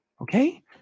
Okay